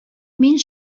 мин